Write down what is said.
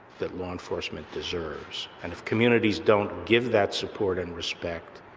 that law enforcement deserves. and if communities don't give that support and respect,